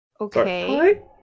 Okay